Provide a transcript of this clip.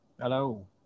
Hello